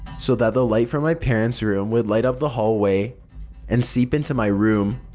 so that the light from my parents room would light up the hallway and seep into my room,